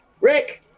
rick